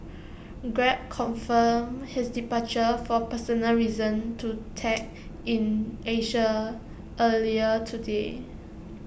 grab confirmed his departure for personal reasons to tech in Asia earlier today